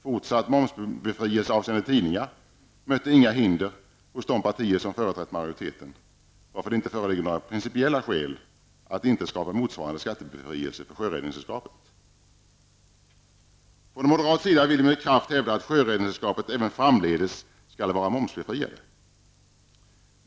Fortsatt momsbefrielse avseende tidningar mötte inga hinder hos de partier som företrätt majoriteten, varför det inte föreligger några principiella skäl att inte skapa motsvarande skattebefrielse för Från moderat sida vill vi med kraft hävda att Sjöräddningssällskapet även framdeles skall vara momsbefriat.